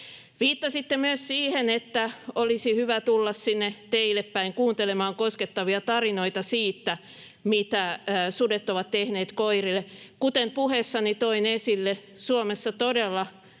Viittasitte myös siihen, että olisi hyvä tulla sinne teille päin kuuntelemaan koskettavia tarinoita siitä, mitä sudet ovat tehneet koirille. Kuten puheessani toin esille, Suomessa todella